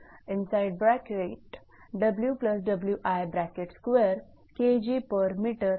त्यामुळे असे असेल